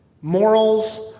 morals